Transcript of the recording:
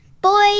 boy